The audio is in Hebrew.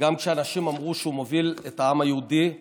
וגם כשאנשים אמרו שהוא מוביל את העם היהודי לאסון.